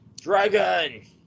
Dragon